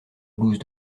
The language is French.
blouse